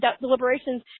deliberations